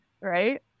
right